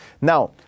Now